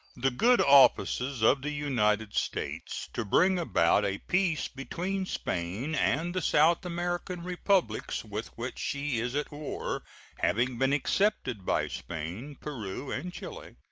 the good offices of the united states to bring about a peace between spain and the south american republics with which she is at war having been accepted by spain, peru, and chile,